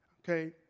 Okay